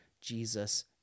Jesus